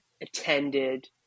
attended